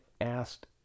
asked